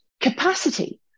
capacity